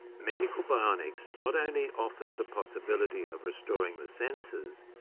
medical bionics not only offers the possibility of restoring the senses,